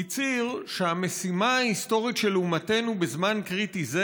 הצהיר: "המשימה ההיסטורית של אומתנו בזמן קריטי זה